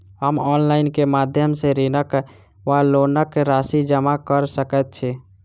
हम ऑनलाइन केँ माध्यम सँ ऋणक वा लोनक राशि जमा कऽ सकैत छी?